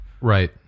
Right